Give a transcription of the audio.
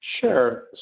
Sure